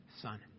son